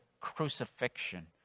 crucifixion